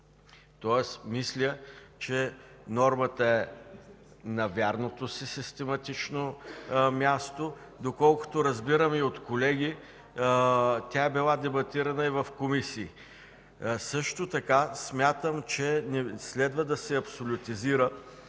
бъдеще. Мисля, че нормата е на вярното си систематично място. Доколкото разбирам и от колеги, тя е била дебатирана и в комисиите. Също така смятам, че не следва да се абсолютизира